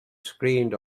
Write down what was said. screened